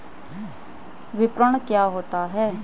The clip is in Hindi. विपणन क्या होता है?